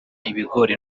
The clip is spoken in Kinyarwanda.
ibigori